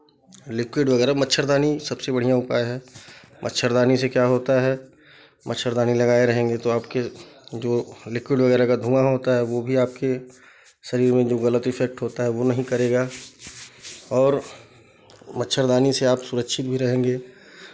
liquid वगैरह मच्छरदानी सबसे बढ़ियाँ उपाय है मच्छरदानी से क्या होता है मच्छरदानी लगाए रहेंगे तो आपके जो लिक्विड वगैरह का धुआँ होता है वो भी आपके शरीर में जो गलत इफ़ेक्ट होता है वो नहीं करेगा और मच्छरदानी से आप सुरक्षित भी रहेंगे